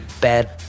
bad